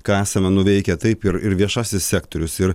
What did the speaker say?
ką esame nuveikę taip ir ir viešasis sektorius ir